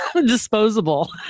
disposable